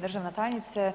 Državna tajnice,